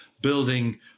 building